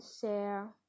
share